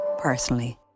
personally